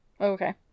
Okay